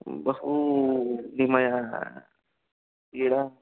बहु विमया पीडा